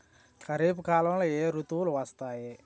ఖరిఫ్ కాలంలో ఏ ఋతువులు వస్తాయి?